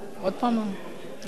לא נמצא.